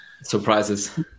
surprises